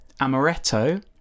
amaretto